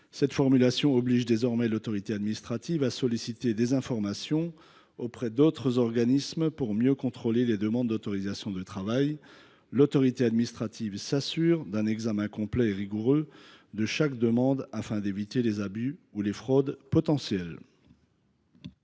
Cette formulation obligerait désormais l’autorité administrative à solliciter des informations auprès d’autres organismes pour mieux contrôler les demandes d’autorisation de travail. L’autorité administrative s’assurerait d’un examen complet et rigoureux de chaque demande afin d’éviter les abus ou les fraudes potentielles.